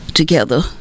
together